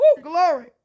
Glory